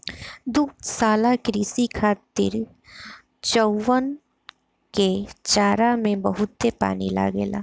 दुग्धशाला कृषि खातिर चउवन के चारा में बहुते पानी लागेला